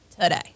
today